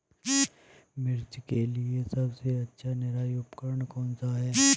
मिर्च के लिए सबसे अच्छा निराई उपकरण कौनसा है?